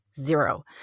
zero